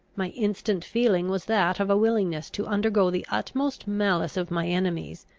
my instant feeling was that of a willingness to undergo the utmost malice of my enemies,